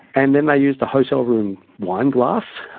and then they used a hotel room wine glass,